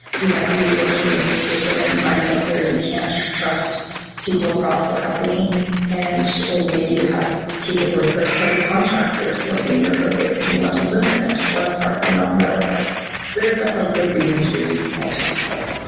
you might be working within an environment where you can't trust people across the company and or maybe you have people who are third-party contractors working in your code base and you want to limit them to one part and not another part. so there are definitely good reasons for using multi repos.